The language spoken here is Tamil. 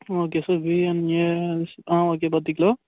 ஓகே சார் பிரியாணி அரிசி ஆ ஓகே பத்து கிலோ